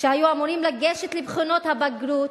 שהיו אמורים לגשת לבחינות הבגרות,